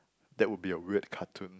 that would be a weird cartoon